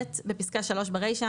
בפסקה (3) ברישה,